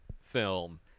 film